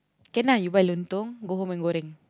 can lah you buy then lontong go home and goreng